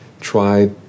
try